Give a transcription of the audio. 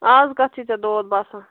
اَز کَتھ چھُے ژےٚ دود باسان